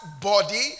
body